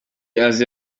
azi